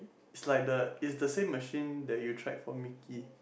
it's like the it's the same machine that you tried for Mickey